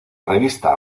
revista